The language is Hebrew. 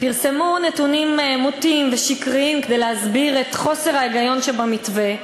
פרסמו נתונים מוטים ושקריים כדי להסביר את חוסר ההיגיון שבמתווה,